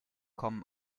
kommen